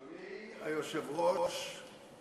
אדוני היושב-ראש,